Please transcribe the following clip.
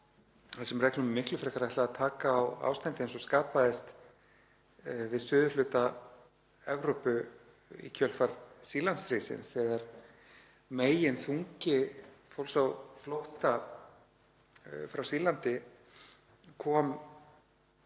meðan reglunum er miklu frekar ætlað að taka á ástandi eins og skapaðist í suðurhluta Evrópu í kjölfar Sýrlandsstríðsins þegar meginþungi fólks á flótta frá Sýrlandi kom